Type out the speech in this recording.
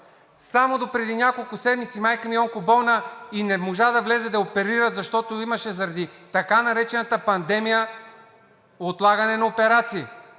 Само допреди няколко седмици – майка ми е онкоболна и не можа да влезе да я оперират, защото имаше заради така наречената пандемия отлагане на операции.